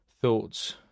thoughts